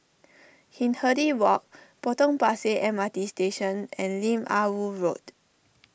Hindhede Walk Potong Pasir M R T Station and Lim Ah Woo Road